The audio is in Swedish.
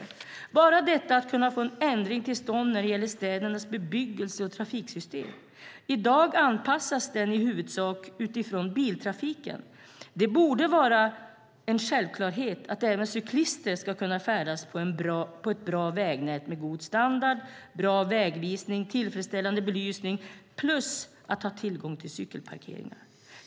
Tänk bara detta att kunna få en ändring till stånd när det gäller städernas bebyggelse och trafiksystem. I dag anpassas den i huvudsak utifrån biltrafiken. Det borde vara en självklarhet att även cyklister ska kunna färdas på ett bra vägnät med god standard, bra vägvisning, tillfredsställande belysning och tillgång till cykelparkeringar.